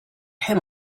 him